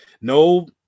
no